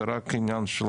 זה רק עניין של